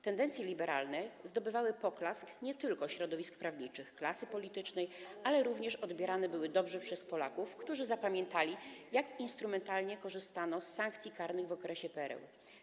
Tendencje liberalne nie tylko zdobywały poklask środowisk prawniczych, klasy politycznej, ale również odbierane były dobrze przez Polaków, którzy zapamiętali, jak instrumentalnie korzystano z sankcji karnych w okresie PRL-u.